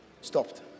stopped